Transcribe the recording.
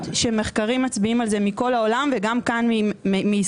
שמחקרים מצביעים על זה מכל העולם וגם כאן מישראל.